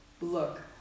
Look